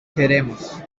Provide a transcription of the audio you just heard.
queremos